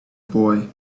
boy